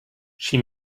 she